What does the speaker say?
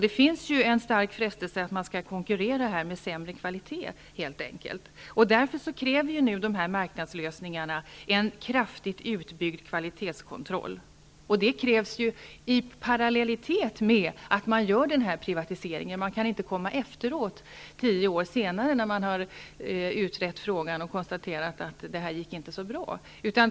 Det finns här en stark frestelse att konkurrera med sämre kvalitet helt enkelt. Därför kräver de här marknadslösningarna en kraftigt utbyggd kvalitetskontroll, och det krävs att den byggs ut parallellt med att man genomför privatiseringen. Man kan inte komma tio år senare, när man har utrett frågan, och konstatera att det här inte gick så bra.